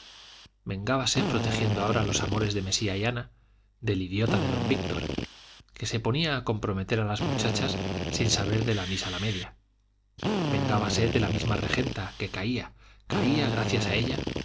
satisfacer sus venganzas vengábase protegiendo ahora los amores de mesía y ana del idiota de don víctor que se ponía a comprometer a las muchachas sin saber de la misa la media vengábase de la misma regenta que caía caía gracias a ella